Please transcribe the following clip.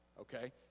okay